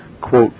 Quote